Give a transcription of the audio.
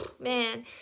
man